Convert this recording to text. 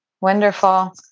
Wonderful